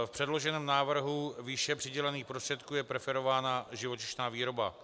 V předloženém návrhu výše přidělených prostředků je preferována živočišná výroba.